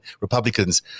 republicans